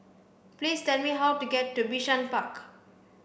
please tell me how to get to Bishan Park